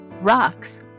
Rocks